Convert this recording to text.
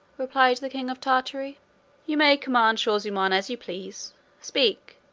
replied the king of tartary you may command shaw-zummaun as you please speak,